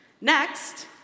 Next